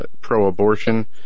pro-abortion